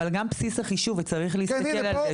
אבל גם בסיס החישוב, וצריך להסתכל על זה.